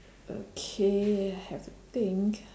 okay have to think